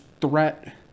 threat